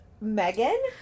Megan